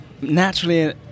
naturally